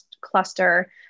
cluster